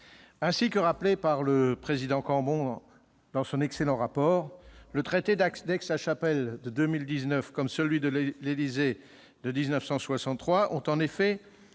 Ainsi que l'a rappelé le président Cambon dans son excellent rapport, le traité d'Aix-la-Chapelle de 2019, comme celui de l'Élysée de 1963, a en effet